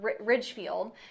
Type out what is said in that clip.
ridgefield